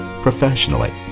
professionally